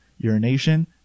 urination